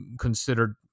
considered